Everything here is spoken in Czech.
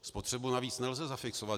Spotřebu navíc nelze zafixovat.